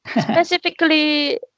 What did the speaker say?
Specifically